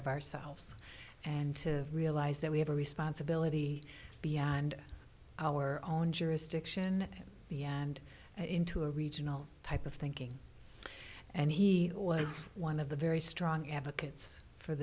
of ourselves and to realize that we have a responsibility beyond our own jurisdiction and into a regional type of thinking and he was one of the very strong advocates for